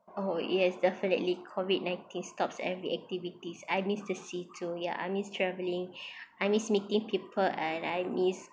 oh yes definitely COVID nineteen stops every activities I miss the sea too ya I miss travelling I miss meeting people and I miss